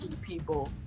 People